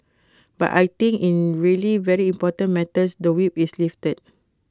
but I think in really very important matters the whip is lifted